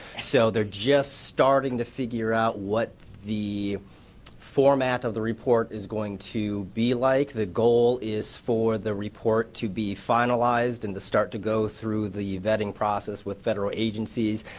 so they're just starting to figure out what the format of the report is going to be like, the goal is for the report to be finalized and start to go through the vetting process with federal agencies.